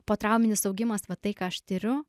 potrauminis augimas va tai ką aš tiriu